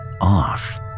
off